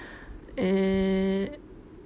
eh